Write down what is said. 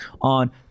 on